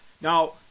Now